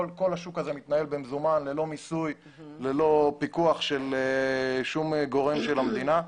כל השוק הזה מתנהל במזומן ללא מיסוי וללא פיקוח של כל גורם של המדינה.